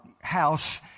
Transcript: house